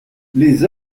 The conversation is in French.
les